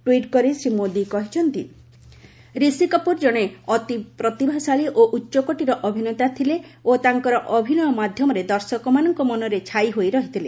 tweet କରି ଶ୍ରୀ ମୋଦି କହିଛନ୍ତି ରିଷି କପୁର ଜଣେ ଅତିପ୍ରତିଭାଶାଳୀ ଓ ଉଚ୍ଚକୋଟୀର ଅଭିନେତା ଥିଲେ ଓ ତାଙ୍କର ଅଭିନୟ ମାଧ୍ୟମରେ ଦର୍ଶକମାନଙ୍କ ମନରେ ଛାଇ ହୋଇ ରହିଥିଲେ